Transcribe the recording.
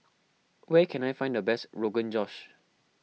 where can I find the best Rogan Josh